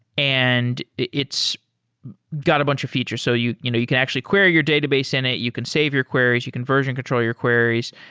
and it's got a bunch of features. so you you know you can actually query your database in it. you can save your queries. you can version control your queries.